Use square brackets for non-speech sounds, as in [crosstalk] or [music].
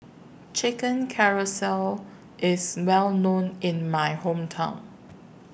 Chicken [unintelligible] IS Well known in My Hometown